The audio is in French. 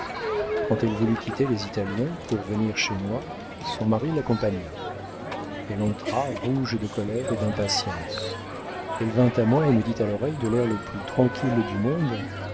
quand elle voulut quitter les italiens pour venir chez moi son mari l'accompagna elle entra rouge de colère et d'impatience elle vint à moi et me dit à l'oreille de l'air le plus tranquille du monde